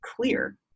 clear